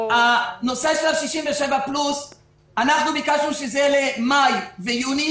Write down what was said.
אנחנו ביקשנו שלגבי הקבוצה הזאת זה יהיה למאי ויוני.